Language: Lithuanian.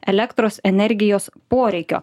elektros energijos poreikio